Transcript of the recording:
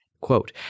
Quote